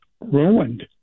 ruined